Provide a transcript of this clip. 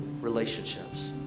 relationships